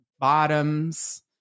bottoms